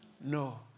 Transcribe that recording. No